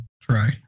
try